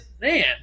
Man